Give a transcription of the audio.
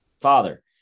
father